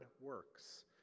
works